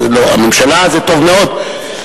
הממשלה זה טוב מאוד,